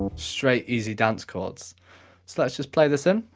straight easy dance chords. so let's just play this in.